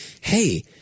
hey